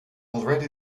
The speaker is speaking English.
already